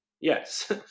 Yes